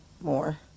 more